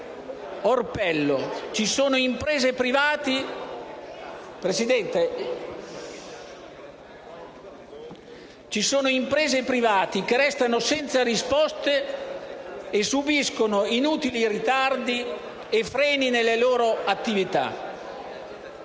orpello, ci sono imprese e privati che restano senza risposte e subiscono inutili ritardi e freni nelle loro attività.